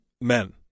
men